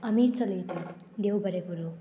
आमी चलयतात देव बरें करूं